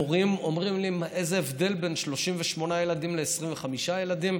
מורים אומרים לי: איזה הבדל בין 38 ילדים ל-25 ילדים.